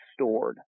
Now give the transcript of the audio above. stored